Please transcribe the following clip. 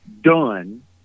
done